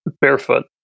barefoot